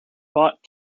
bought